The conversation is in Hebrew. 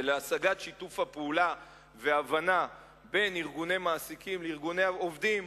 ולהשגת שיתוף הפעולה וההבנה בין ארגוני מעסיקים לארגוני עובדים,